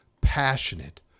passionate